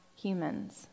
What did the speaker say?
humans